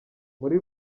muri